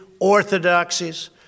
orthodoxies